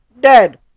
dead